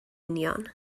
union